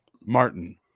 Martin